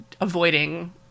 avoiding